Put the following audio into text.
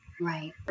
right